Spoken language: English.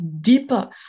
deeper